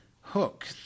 hook